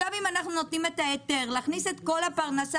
אם אנחנו נותנים היתר להכניס את כל העסקים